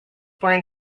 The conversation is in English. born